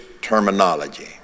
terminology